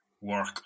work